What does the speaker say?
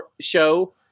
show